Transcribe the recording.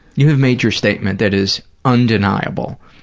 you have made your statement that is undeniable.